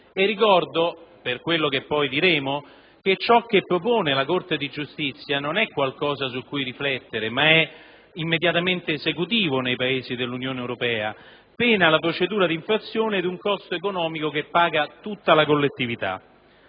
e ricordo - per quel che poi diremo - che ciò che propone la Corte di giustizia non è qualcosa su cui riflettere, ma è immediatamente esecutivo nei Paesi dell'Unione europea, pena la procedura di infrazione ed un costo economico che paga tutta la collettività.